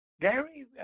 Gary